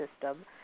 system